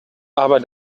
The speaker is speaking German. aber